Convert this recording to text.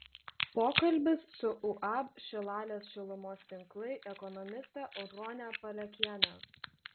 pokalbis su uab šilalės šilumos tinklai ekonomiste audrone palekiene